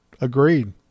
Agreed